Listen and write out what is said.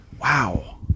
Wow